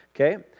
okay